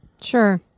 Sure